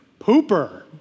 pooper